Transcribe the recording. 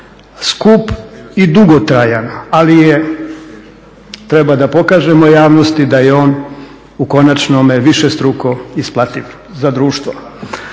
skup i dugotrajan, ali je, treba da pokažemo javnosti da je on u konačnome višestruko isplativ za društvo.